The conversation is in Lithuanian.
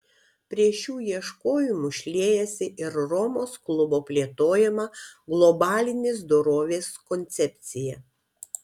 prie šių ieškojimų šliejasi ir romos klubo plėtojama globalinės dorovės koncepcija